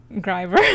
driver